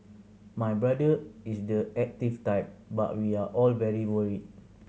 my brother is the active type but we are all very worried